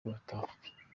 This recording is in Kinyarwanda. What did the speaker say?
barataha